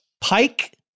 Pike